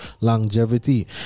longevity